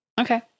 Okay